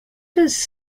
does